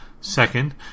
Second